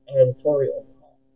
editorial